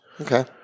Okay